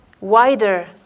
wider